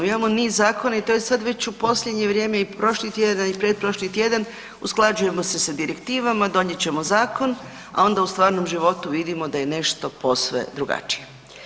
Imamo niz zakona i to je sad već u posljednje vrijeme i prošli tjedan i pretprošli tjedan usklađujemo se sa direktivama, donijet ćemo zakon, a onda u stvarnom životu vidimo da je nešto posve drugačije.